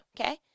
okay